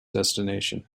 destination